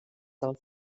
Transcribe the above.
del